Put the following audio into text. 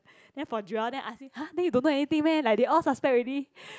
then for Joel then I ask him !huh! then you don't know anything meh like they all suspect already